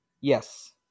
Yes